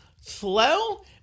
Slow